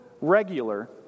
regular